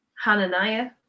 Hananiah